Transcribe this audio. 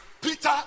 Peter